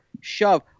shove